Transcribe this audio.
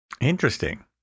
Interesting